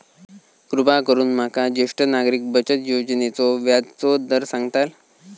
कृपा करून माका ज्येष्ठ नागरिक बचत योजनेचो व्याजचो दर सांगताल